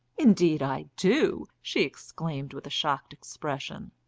indeed i do, she exclaimed with a shocked expression.